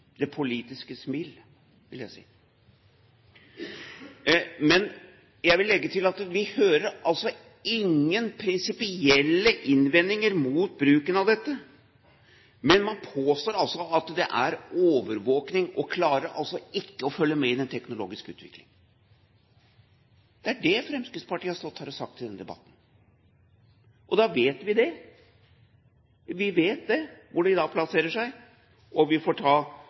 det politiske smil, vil jeg si. Jeg vil legge til at vi altså ikke hører noen prinsipielle innvendinger mot bruken av dette, men man påstår at det er overvåkning og klarer altså ikke å følge med i den teknologiske utviklingen. Det er det Fremskrittspartiet har stått her og sagt i denne debatten. Da vet vi det. Vi vet hvor de da plasserer seg, og vi får ta